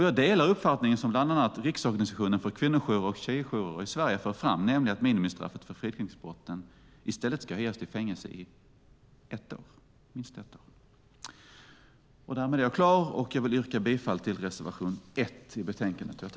Jag delar uppfattningen som bland annat Riksorganisationen för kvinnojourer och tjejjourer i Sverige för fram, nämligen att minimistraffet för fridskränkningsbrotten i stället ska höjas till fängelse i minst ett år. Jag yrkar bifall till reservation 1 till betänkandet.